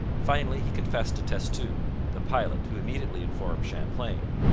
finally he confessed to testu, the pilot, who immediately informed champlain.